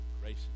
grace